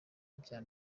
bya